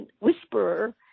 whisperer